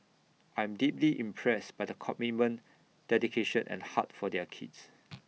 I am deeply impressed by the commitment dedication and heart for their kids